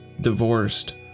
divorced